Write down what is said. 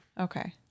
Okay